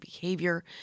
behavior